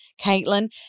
Caitlin